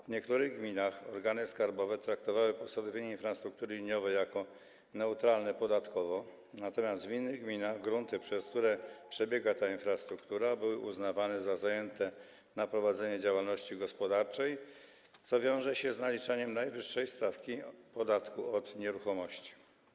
W niektórych gminach organy skarbowe traktowały posadowienie infrastruktury liniowej jako neutralne podatkowo, natomiast w innych gminach grunty, przez które przebiegała ta infrastruktura, były uznawane za zajęte na prowadzenie działalności gospodarczej, co wiąże się z naliczaniem najwyższej stawki podatku od nieruchomości.